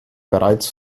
bereits